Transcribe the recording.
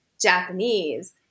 Japanese